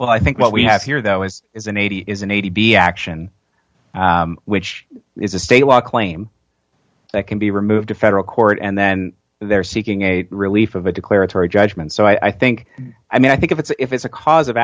well i think what we have here though is is an eighty is an eighty b action which is a state law claim that can be removed in federal court and then they're seeking a relief of a declaratory judgment so i think i mean i think if it's if it's a cause of